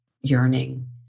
yearning